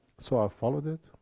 so i followed it,